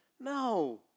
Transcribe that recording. No